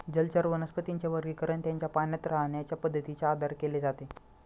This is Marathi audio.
जलचर वनस्पतींचे वर्गीकरण त्यांच्या पाण्यात राहण्याच्या पद्धतीच्या आधारे केले जाते